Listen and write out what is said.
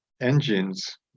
engines